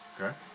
Okay